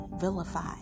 vilified